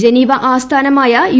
Geneva ആസ്ഥാനമായ U